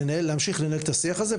להמשיך לנהל את השיח הזה,